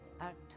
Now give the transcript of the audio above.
October